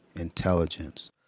intelligence